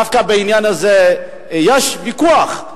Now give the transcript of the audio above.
דווקא בעניין הזה יש ויכוח,